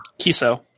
Kiso